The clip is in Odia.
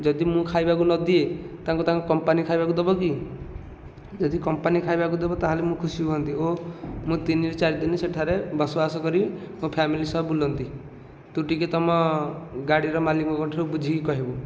ଯଦି ମୁଁ ଖାଇବାକୁ ନ ଦିଏ ତାଙ୍କୁ ତାଙ୍କ କମ୍ପାନୀ ଖାଇବାକୁ ଦେବ କି ଯଦି କମ୍ପାନୀ ଖାଇବାକୁ ଦେବ ତା'ହେଲେ ମୁଁ ଖୁସି ହୁଅନ୍ତି ଓ ମୁଁ ତିନି ରୁ ଚାରି ଦିନ ସେଠାରେ ବସବାସ କରି ମୋ ଫ୍ୟାମିଲି ସହ ବୁଲନ୍ତି ତୁ ଟିକେ ତୁମ ଗାଡ଼ିର ମାଲିକଙ୍କ ଠାରୁ ବୁଝିକି କହିବୁ